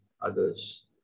others